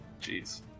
Jeez